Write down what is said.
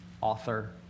author